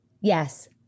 Yes